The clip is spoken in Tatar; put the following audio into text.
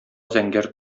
зәңгәр